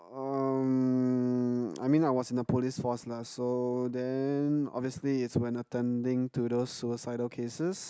um I mean I was in the police force lah so then obviously is when attending to those suicidal cases